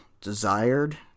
desired